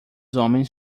homens